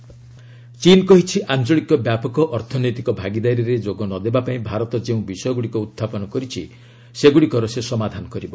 ଚୀନା RCEP ଚୀନ୍ କହିଛି ଆଞ୍ଚଳିକ ବ୍ୟାପକ ଅର୍ଥନୈତିକ ଭାଗିଦାରୀରେ ଯୋଗ ନ ଦେବା ପାଇଁ ଭାରତ ଯେଉଁ ବିଷୟଗୁଡ଼ିକ ଉତ୍ଥାପନ କରିଛି ସେ ସେଗୁଡ଼ିକର ସମାଧାନ କରିବ